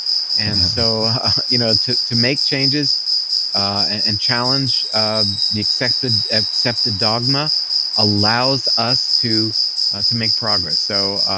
and so you know to to make changes and challenge um the accepted accepted dogma allows us to to make progress. so